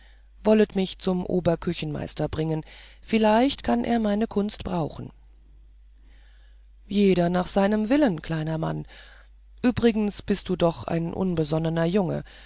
wollet mich zum oberküchenmeister bringen vielleicht kann er meine kunst brauchen jeder nach seinem willen kleiner mann übrigens bist du doch ein unbesonnener junge